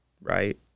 right